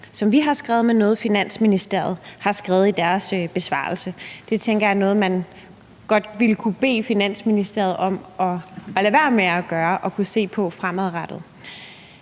som vi har skrevet, men noget, som Finansministeriet har skrevet i deres besvarelse. Det tænker jeg er noget man godt kunne bede Finansministeriet om at se på om man kunne lade være med at gøre fremadrettet.